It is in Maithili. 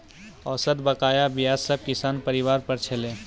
औसत बकाया ब्याज सब किसान परिवार पर छलै